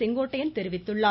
செங்கோட்டையன் தெரிவித்துள்ளார்